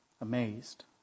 amazed